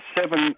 seven